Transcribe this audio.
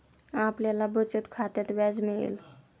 आपल्याला बचत खात्यात व्याज मिळेल